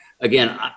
Again